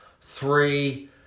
three